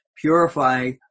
Purify